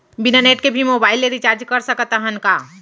बिना नेट के भी मोबाइल ले रिचार्ज कर सकत हन का?